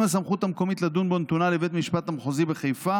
אם הסמכות המקומית לדון בו נתונה לבית המשפט המחוזי בחיפה